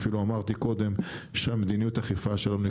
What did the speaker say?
אפילו אמרתי קודם שמדיניות האכיפה שלנו היא